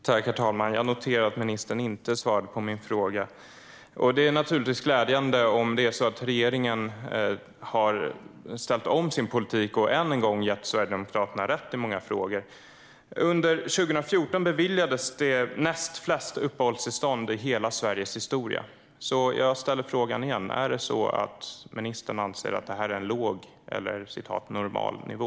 Herr talman! Jag noterar att ministern inte svarade på min fråga. Det är naturligtvis glädjande om det är så att regeringen har ställt om sin politik och än en gång gett Sverigedemokraterna rätt i många frågor. Under 2017 beviljades det näst flest uppehållstillstånd i hela Sveriges historia. Jag ställer frågan igen: Anser ministern att det här är en låg eller en "normal" nivå?